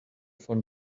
von